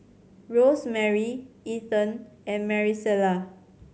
Rosemary Ethen and Marisela